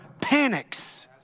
panics